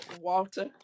Walter